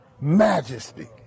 majesty